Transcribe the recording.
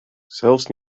zelfs